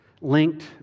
linked